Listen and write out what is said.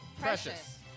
Precious